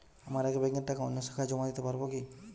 আমার এক ব্যাঙ্কের টাকা অন্য শাখায় জমা দিতে পারব কি?